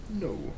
No